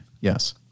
Yes